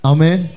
Amen